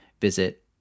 visit